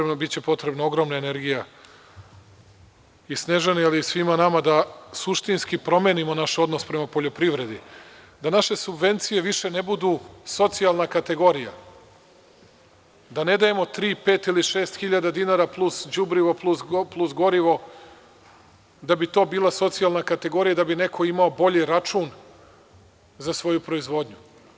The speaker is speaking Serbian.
Biće potrebna ogromna energija i Snežani, ali i svima nama da suštinski promenimo naš odnos prema poljoprivredi, da naše subvencije više ne budu socijalna kategorija, da ne dajemo tri, pet ili šest hiljada dinara, plus đubrimo, plus gorivo, da bi to bila socijalna kategorija da bi neko imao bolji račun za svoju proizvodnju.